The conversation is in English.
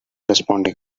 responding